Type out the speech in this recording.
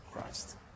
Christ